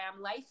Life